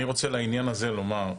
אני רוצה לעניין הזה לומר,